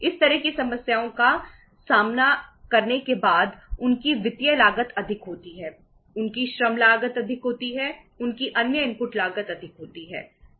इस तरह की समस्याओं का सामना करने के बाद उनकी वित्तीय लागत अधिक होती है उनकी श्रम लागत अधिक होती है उनकी अन्य इनपुट लागत अधिक होती है